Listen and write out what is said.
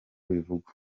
bivugwa